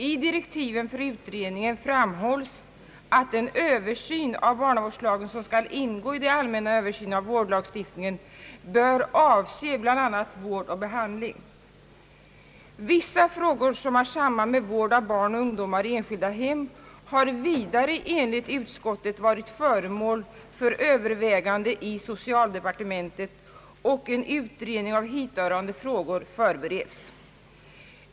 I direktiven för utredningen framhålles att den översyn av barnavårdslagen som skall ingå i den allmänna översynen av vårdlagstiftningen bör avse bl.a. vård och behandling. Vissa frågor som har samband med vård av barn och ungdom i enskilda hem har vidare enligt utskottet varit föremål för övervägande i socialdepartementet, och en utredning av hithörande frågor förbereds.